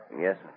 Yes